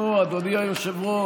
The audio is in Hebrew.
נו, אדוני היושב-ראש,